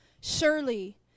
Surely